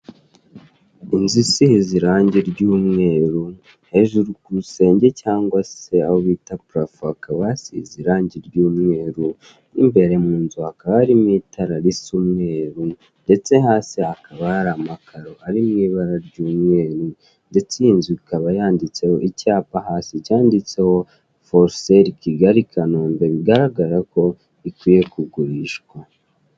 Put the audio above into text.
Inzu isize irange ry'umweru hejuru ku rusenge cyanwa se aho bita purafo hakaba hasize irangi ry'umweru, mo imbere mu nzu hakaba harimo itara risa umweru ndetse hasi hakaba hari amakaro ari mu ibara ry'umweru, ndetse iyo nzu ikaba yanditseho icyapa hasi cyanditseho foru seli Kigali-Kanombe bigaragara ko ikwiye kugurishwa.